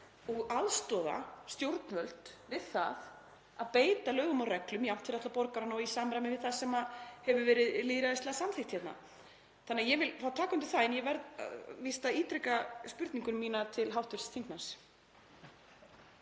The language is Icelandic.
og aðstoða stjórnvöld við það að beita lögum og reglum jafnt fyrir alla borgarana og í samræmi við það sem hefur verið lýðræðislega samþykkt hérna. Þannig að ég vil taka undir það, en verð víst að ítreka spurningu mína til hv. þingmanns.